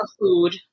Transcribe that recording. food